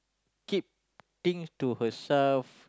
keep things to herself